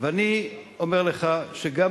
אני אומר לך שגם